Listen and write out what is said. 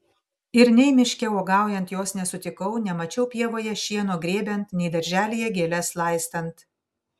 ir nei miške uogaujant jos nesutikau nemačiau pievoje šieno grėbiant nei darželyje gėles laistant